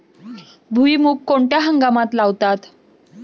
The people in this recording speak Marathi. भुईमूग कोणत्या हंगामात लावतात?